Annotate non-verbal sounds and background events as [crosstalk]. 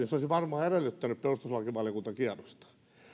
[unintelligible] se olisi varmaan edellyttänyt perustuslakivaliokuntakierrosta